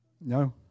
No